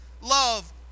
Love